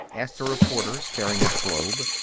asked a reporter, staring at the globe.